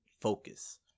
Focus